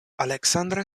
aleksandra